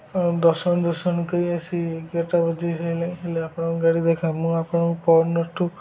ଦଶ ମିନିଟ୍ ଦଶ ମିନିଟ୍ କହି ଆସି ଏଗାରଟା ବଜେଇସାରିଲାଣି ହେଲେ ଆପଣଙ୍କ ଗାଡ଼ି ଦେଖା ମୁଁ ଆପଣଙ୍କୁ ପର ଦିନଠୁ